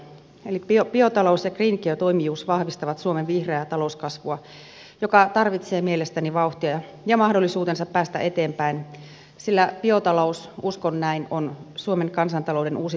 eli biotalous ja green care toimijuus vahvistavat suomen vihreää talouskasvua joka tarvitsee mielestäni vauhtia ja mahdollisuutensa päästä eteenpäin sillä biotalous uskon näin on suomen kansantalouden uusi tukijalka